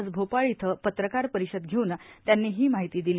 आज भोपाळ इथं पत्रकार परिषद घेऊन त्यांनी ही माहिती दिली